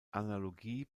analogie